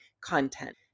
content